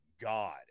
God